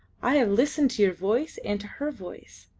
i have listened to your voice and to her voice.